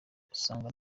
ugasanga